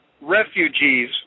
refugees